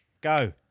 Go